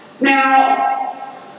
Now